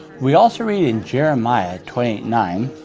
we also read in jeremiah twenty eight nine,